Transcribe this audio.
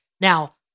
Now